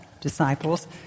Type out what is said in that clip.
disciples